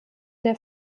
der